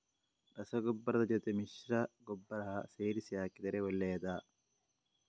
ರಸಗೊಬ್ಬರದ ಜೊತೆ ಮಿಶ್ರ ಗೊಬ್ಬರ ಸೇರಿಸಿ ಹಾಕಿದರೆ ಒಳ್ಳೆಯದಾ?